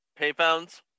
Payphones